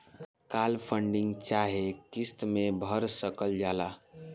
काल funding चाहे किस्त मे भर सकल जाला